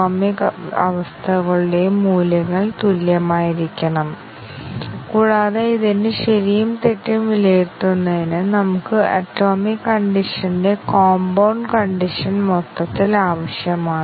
ഒന്നിലധികം വ്യവസ്ഥകൾക്ക് n ഘടക വ്യവസ്ഥകൾ ഉണ്ടെങ്കിൽ ഓരോന്നും രണ്ട് മൂല്യങ്ങൾ സത്യവും തെറ്റും എടുക്കുന്നു നമുക്ക് 2n സാധ്യമായ ടെസ്റ്റ് കേസുകൾ ആവശ്യമാണ്